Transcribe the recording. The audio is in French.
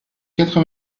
quatre